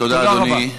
תודה רבה.